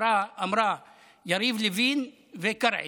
היא אמרה יריב לוין וקרעי.